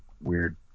weird